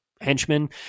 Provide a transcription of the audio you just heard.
henchmen